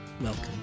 Welcome